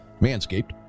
Manscaped